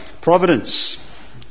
Providence